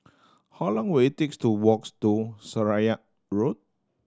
how long will it takes to walks to Seraya Road